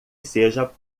seja